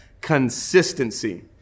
Consistency